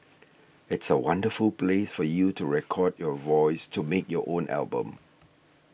it's a wonderful place for you to record your voice to make your own album